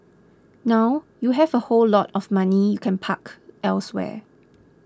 now you have a whole lot of money you can park elsewhere